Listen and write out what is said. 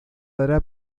dará